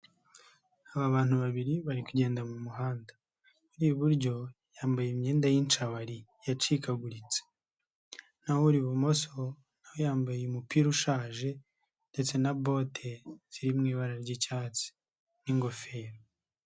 Aba bantu babiri bari kugenda mu muhanda, uri iburyo yambaye imyenda yincabari yacikaguritse, n'aho uri ibumoso yambaye umupira ushaje ndetse na bote ziri mu ibara ry'icyatsi n'ingofero.